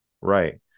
right